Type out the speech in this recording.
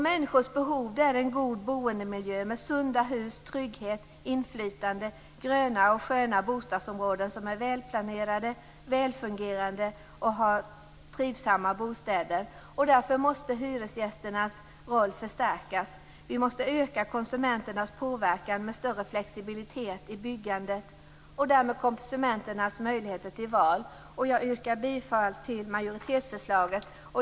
Människors behov är en god boendemiljö med sunda hus, trygghet, inflytande, gröna och sköna bostadsområden, som är välplanerade, välfungerande och har trivsamma bostäder. Därför måste hyresgästernas roll förstärkas. Vi måste öka konsumenternas påverkan med större flexibilitet i byggandet och därmed konsumenternas möjligheter till val. Jag yrkar bifall till majoritetsförslaget.